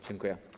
Dziękuję.